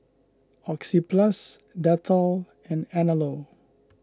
Oxyplus Dettol and Anello